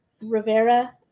rivera